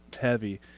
heavy